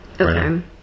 Okay